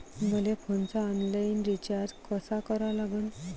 मले फोनचा online recharge कसा करा लागन?